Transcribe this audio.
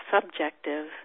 subjective